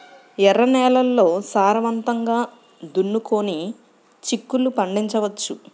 ఎర్ర నేలల్లో సారవంతంగా దున్నుకొని చిక్కుళ్ళు పండించవచ్చు